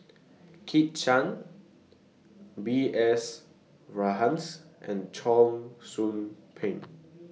Kit Chan B S Rajhans and Cheong Soo Pieng